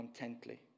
contently